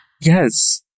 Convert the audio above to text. yes